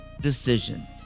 decision